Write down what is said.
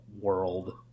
World